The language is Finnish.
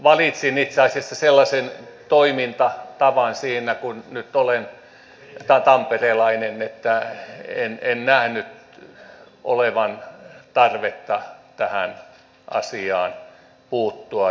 valitsin itse asiassa sellaisen toimintatavan siinä kun nyt olen tamperelainen että en nähnyt olevan tarvetta tähän asiaan puuttua